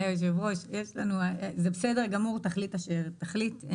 היושב-ראש, זה בסדר גמור, תחליט את אשר תחליט.